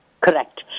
Correct